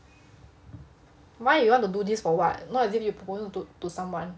why you want to do this for what not as if you proposing to to someone